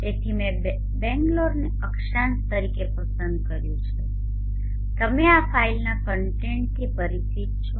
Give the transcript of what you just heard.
તેથી મેં બેંગ્લોરને અક્ષાંશ તરીકે પસંદ કર્યું છે તમે આ ફાઇલના કન્ટેન્ટcontentsવિષયાર્થથી પરિચિત છો